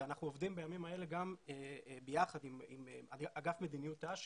ואנחנו עובדים בימים האלה ביחד עם מדיניות תנאי שירות,